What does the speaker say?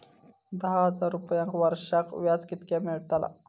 दहा हजार रुपयांक वर्षाक व्याज कितक्या मेलताला?